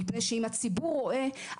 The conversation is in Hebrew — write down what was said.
מפני שאם הציבור רואה,